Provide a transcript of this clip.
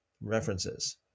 References